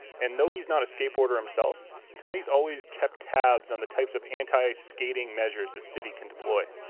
and though he's not a skateboarder himself, tony's always kept tabs on the types of anti-skating measures the city can deploy.